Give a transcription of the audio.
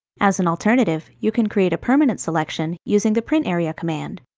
as an alternative, you can create a permanent selection using the print area command.